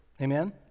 amen